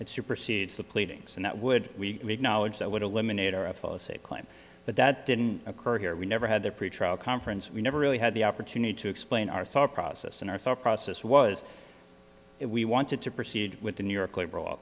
it supersedes the pleadings and that would we knowledge that would eliminate or a false a claim but that didn't occur here we never had the pretrial conference we never really had the opportunity to explain our thought process and our thought process was if we wanted to proceed with the new york liberal